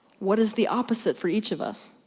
what is the opposite for each of us?